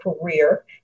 career